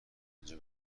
آنجا